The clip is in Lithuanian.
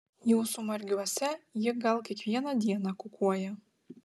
jūsų margiuose ji gal kiekvieną dieną kukuoja